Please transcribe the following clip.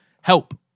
help